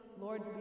Lord